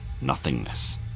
nothingness